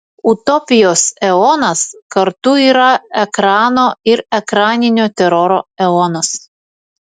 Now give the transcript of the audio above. utopijos eonas kartu yra ekrano ir ekraninio teroro eonas